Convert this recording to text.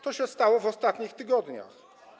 To się stało w ostatnich tygodniach.